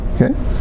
okay